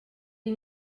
des